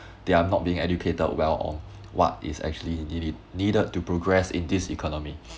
they are not being educated well on what is actually needed needed to progress in this economy